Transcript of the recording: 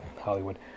Hollywood